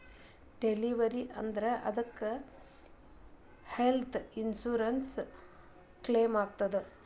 Delivery ಆದ್ರ ಅದಕ್ಕ health insurance ಕ್ಲೇಮಾಗ್ತದ?